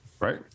Right